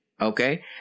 Okay